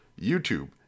YouTube